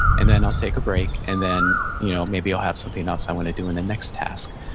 and then i'll take a break, and then you know maybe i'll have something else i want to do in the next task.